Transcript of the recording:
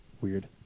weird